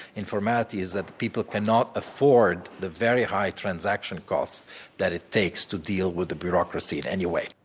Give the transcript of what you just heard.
informality is that people cannot afford the very high transaction costs that it takes to deal with the bureaucracy in any way.